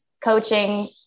coaching